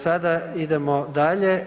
Sada idemo dalje.